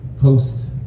post